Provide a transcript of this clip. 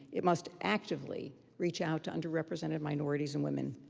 it must actively reach out to underrepresented minorities and women.